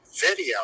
video